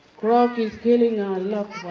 grog is killing our loved